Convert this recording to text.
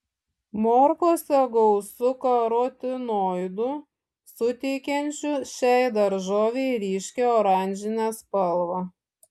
morkose gausu karotinoidų suteikiančių šiai daržovei ryškią oranžinę spalvą